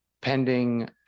pending